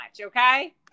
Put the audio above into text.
okay